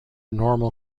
normal